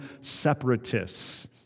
separatists